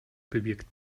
bewirkt